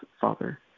Father